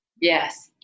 Yes